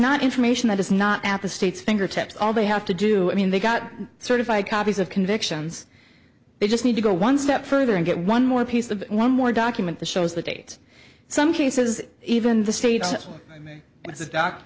not information that is not at the state's fingertips all they have to do i mean they got certified copies of convictions they just need to go one step further and get one more piece of one more document that shows the date some cases even the state and its doctor